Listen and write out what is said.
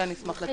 מבין